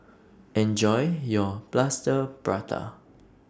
Enjoy your Plaster Prata